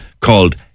called